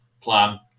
plan